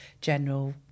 general